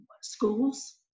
schools